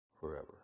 forever